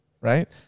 right